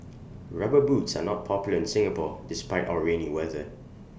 rubber boots are not popular in Singapore despite our rainy weather